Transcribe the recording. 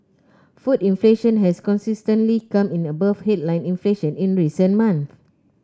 food inflation has consistently come in above headline inflation in recent months